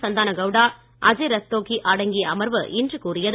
சந்தான கவ்டா அஜய் ரஸ்தோகி அடங்கிய அமர்வு இன்று கூறியது